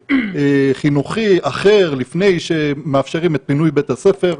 חינוכי אחר לפני שמאפשרים את פינוי בית הספר.